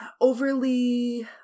overly